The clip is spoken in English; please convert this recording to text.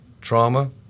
trauma